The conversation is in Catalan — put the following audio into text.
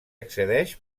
accedeix